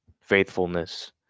faithfulness